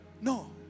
No